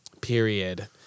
Period